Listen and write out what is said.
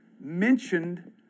mentioned